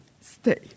stay